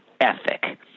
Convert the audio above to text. ethic